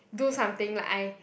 do something like I